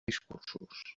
discursos